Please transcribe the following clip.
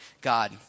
God